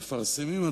מפרסמים,